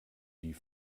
die